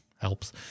helps